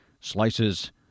slices